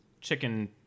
Chicken